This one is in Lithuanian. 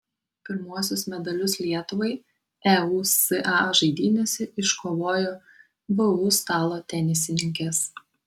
pirmuosius medalius lietuvai eusa žaidynėse iškovojo vu stalo tenisininkės